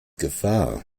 gefahr